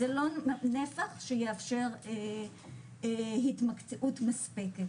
זה לא נפח שיאפשר התמקצעות מספקת